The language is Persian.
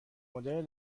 مدل